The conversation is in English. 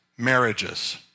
Marriages